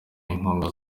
n’inkunga